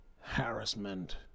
harassment